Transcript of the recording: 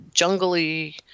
jungly